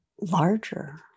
larger